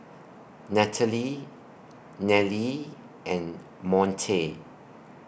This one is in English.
Nathaly Nellie and Monte